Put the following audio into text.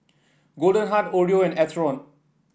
Goldheart Oreo